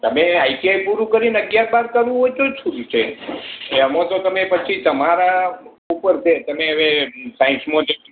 તમે I T I પૂરું કરીને અગિયાર બાર કરવું હોય તોય છૂટ છે એમાં તો તમે પછી તમારા ઉપર છે તમે હવે સાઈન્સમાંથી